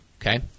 Okay